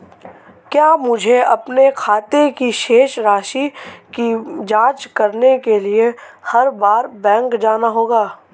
क्या मुझे अपने खाते की शेष राशि की जांच करने के लिए हर बार बैंक जाना होगा?